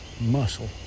muscle